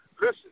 Listen